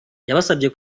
yabasabye